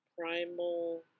primal